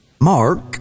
Mark